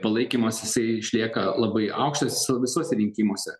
palaikymas jisai išlieka labai aukštas visuose rinkimuose